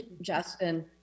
Justin